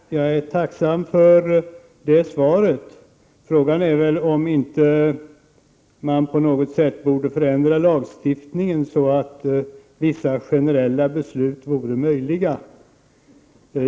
Herr talman! Jag är tacksam för det kompletterande svaret. Frågan är om man inte borde förändra lagstiftningen så att vissa generella beslut vore möjliga.